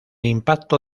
impacto